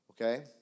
okay